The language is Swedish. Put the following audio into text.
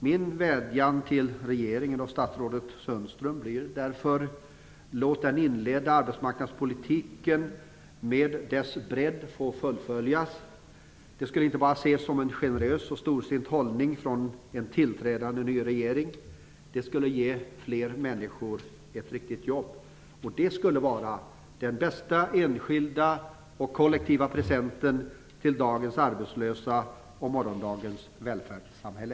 Min vädjan till regeringen och statsrådet Sundström blir därför: Låt den inledda arbetsmarknadspolitiken med dess bredd få fullföljas! Det skulle inte bara ses som en generös och storsint hållning från en tillträdande ny regering, det skulle ge fler människor ett riktigt jobb. Det skulle vara den bästa enskilda och kollektiva presenten till dagens arbetslösa och morgondagens välfärdssamhälle.